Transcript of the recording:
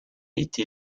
été